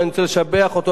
אני רוצה לשבח אותו,